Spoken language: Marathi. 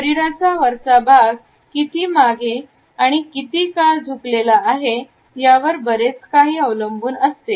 शरीराचा वरचा भाग किती मागे आणि तू किती काळ झुकलेला आहे यावर बरेच काही अवलंबून आहे